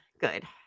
Good